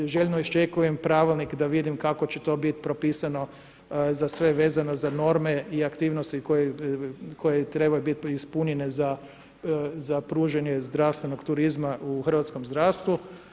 Željno iščekujem pravo da vidim kako će to biti propisano za sve vezano za norme i aktivnosti koje trebaju biti ispunjene za pružanje zdravstvenog turizma u hrvatskom zdravstvu.